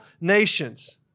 nations